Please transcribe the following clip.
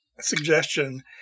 suggestion